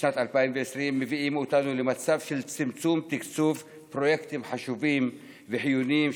לשנת 2020 מביאים אותנו למצב של צמצום תקצוב פרויקטים חשובים וחיוניים,